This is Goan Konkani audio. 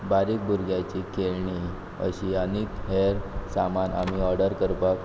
बारीक भुरग्याची खेळणीं अशी आनीक हेर सामान आमी ऑर्डर करपाक शक